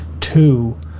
two